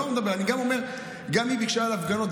גם היא ביקשה על הפגנות,